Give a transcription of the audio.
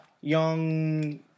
young